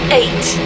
eight